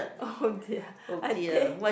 oh dear I think